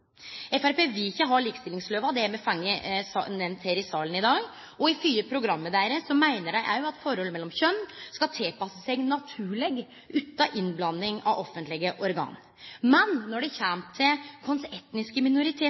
Framstegspartiet vil ikkje ha likestillingslova, det har òg vore nemnt her i salen i dag. Ifølgje programmet deira meiner dei at forholdet mellom kjønna skal tilpasse seg naturleg, utan innblanding av offentlege organ. Men når det kjem til våre etniske